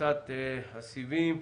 פריסת הסיבים.